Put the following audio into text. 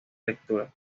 lectura